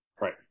Right